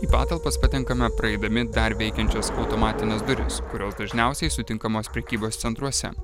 į patalpas patenkame praeidami dar veikiančias automatines duris kurios dažniausiai sutinkamos prekybos centruose